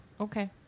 Okay